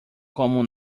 como